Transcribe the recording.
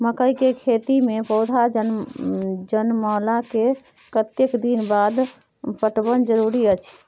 मकई के खेती मे पौधा जनमला के कतेक दिन बाद पटवन जरूरी अछि?